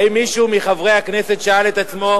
האם מישהו מחברי הכנסת שאל את עצמו,